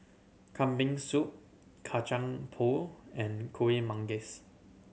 Kambing Soup Kacang Pool and Kuih Manggis